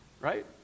right